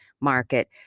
market